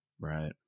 right